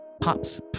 pops